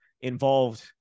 involved